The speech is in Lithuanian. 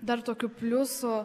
dar tokių pliusų